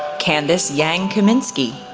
candice yang kaminski,